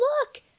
look